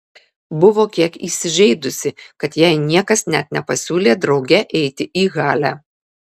buvo kiek įsižeidusi kad jai niekas net nepasiūlė drauge eiti į halę